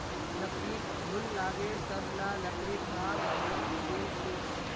लकड़ीत घुन लागे सब ला लकड़ी खराब हइ गेल छेक